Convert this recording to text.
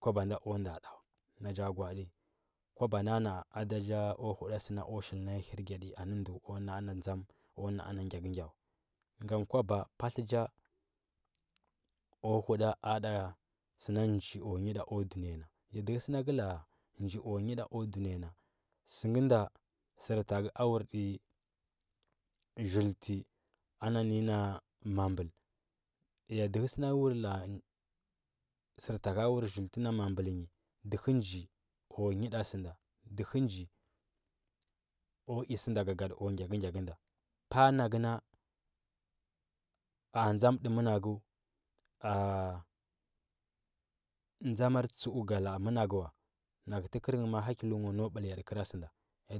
Kwaba o nda ɗa wa na ga gwaoɗi kwaba nare na, a ada ja o huɗa sɚ na o shl na nyi hirgya di o naa na dzam o na. a na gyakɚ gya wa gam kwaba patlɚ ja o huɗa sɚ njo nyiɗa o dunɚya na ya dɚhɚ sɚna ngɚ la. a nji o nyiɗa o dunɚya na sɚ ngɚ nda str takɚu awurda zwtɚ ana nɚ nyi na mambɚl ya dɚhɚsɚ ngɚ wur la, a sartata wur zult na mambɚl nyi dɚhɚ nji o nyida sɚ nda dɚhɚ nji o i sɚ nda gasan ɗi o gyakɚgyakɚ nda para nagɚ na a dȝanɗi managɚ uȝarmar tsut ga la, a managɚ wa nagɚ tɚkɚrɚ nghɚ mag itakyu nghɚ dau ɓɚl kɚra sɚda